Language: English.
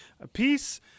apiece